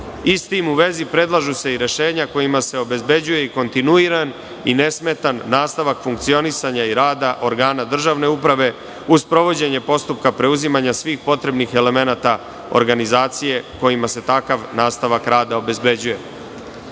S tim u vezi, predlažu se i rešenja kojima se obezbeđuje i kontinuiran i nesmetan nastavak funkcionisanja i rada organa državne uprave, uz sprovođenje postupka preuzimanja svih potrebnih elemenata organizacije kojima se takav nastavak rada obezbeđuje. Uvereni